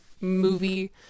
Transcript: movie